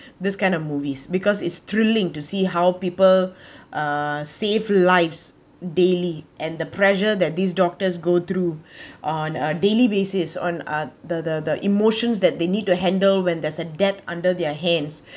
this kind of movies because it's thrilling to see how people uh save lives daily and the pressure that these doctors go through on a daily basis on uh the the emotions that they need to handle when there's a dead under their hands